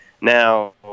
Now